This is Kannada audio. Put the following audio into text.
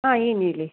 ಹಾಂ ಏನು ಹೇಳಿ